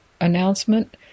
announcement